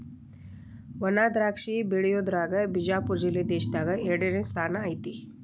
ವಣಾದ್ರಾಕ್ಷಿ ಬೆಳಿಯುದ್ರಾಗ ಬಿಜಾಪುರ ಜಿಲ್ಲೆ ದೇಶದಾಗ ಎರಡನೇ ಸ್ಥಾನ ಐತಿ